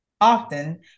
often